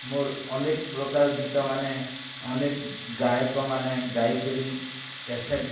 ମୋର୍ ଅନେକ୍ ପ୍ରକାର୍ ଗୀତମାନେ ଅନେକ୍ ଗାୟକ୍ମାନେ ଗାଇକିରି କ୍ୟାସେଟ୍